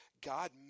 God